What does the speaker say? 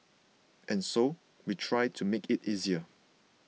and so we try to make it easier